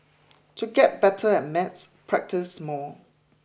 to get better at maths practise more